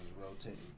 rotating